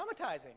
traumatizing